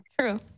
True